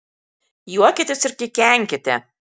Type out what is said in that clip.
juokitės ir kikenkite